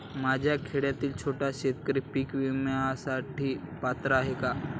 माझ्यासारखा खेड्यातील छोटा शेतकरी पीक विम्यासाठी पात्र आहे का?